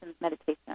meditation